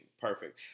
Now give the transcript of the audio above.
Perfect